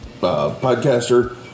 podcaster